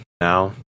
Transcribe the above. now